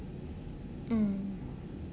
mm